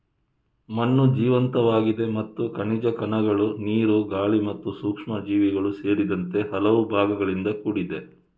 ಮಣ್ಣು ಜೀವಂತವಾಗಿದೆ ಮತ್ತು ಖನಿಜ ಕಣಗಳು, ನೀರು, ಗಾಳಿ ಮತ್ತು ಸೂಕ್ಷ್ಮಜೀವಿಗಳು ಸೇರಿದಂತೆ ಹಲವು ಭಾಗಗಳಿಂದ ಕೂಡಿದೆ